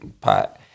pot